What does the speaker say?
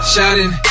Shining